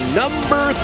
number